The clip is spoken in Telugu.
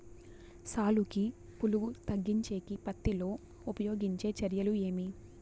సాలుకి పులుగు తగ్గించేకి పత్తి లో ఉపయోగించే చర్యలు ఏమి?